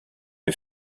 une